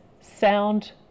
sound